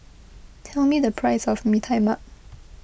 tell me the price of Mee Tai Mak